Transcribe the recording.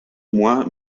moi